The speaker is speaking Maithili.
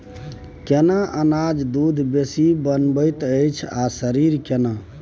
केना अनाज दूध बेसी बनबैत अछि आ शरीर केना?